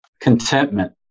Contentment